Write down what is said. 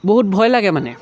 বহুত ভয় লাগে মানে